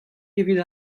evit